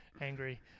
angry